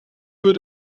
wird